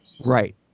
Right